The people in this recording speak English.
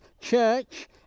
church